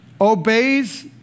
obeys